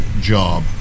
job